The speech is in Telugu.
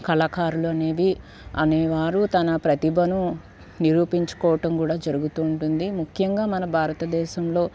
కళాకారులనేవి అనేవారు తన ప్రతిభను నిరూపించుకోవటం కూడా జరుగుతూ ఉంటుంది ముఖ్యంగా మన భారతదేశంలో